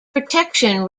protection